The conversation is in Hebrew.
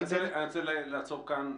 אני רוצה לעצור כאן.